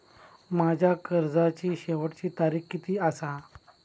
माझ्या कर्जाची शेवटची तारीख किती आसा?